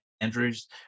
Andrews